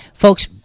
folks